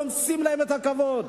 רומסים להם את הכבוד.